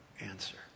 answer